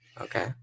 Okay